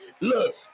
Look